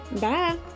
Bye